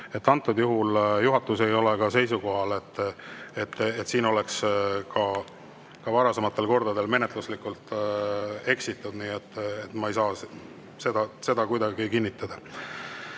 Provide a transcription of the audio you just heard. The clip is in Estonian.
Antud juhul juhatus ei ole seisukohal, et siin on varasematel kordadel menetluslikult eksitud. Nii et ma ei saa seda kuidagi kinnitada. Varro